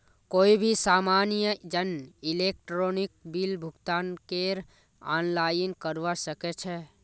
कोई भी सामान्य जन इलेक्ट्रॉनिक बिल भुगतानकेर आनलाइन करवा सके छै